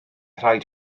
rhaid